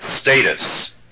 status